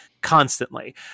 constantly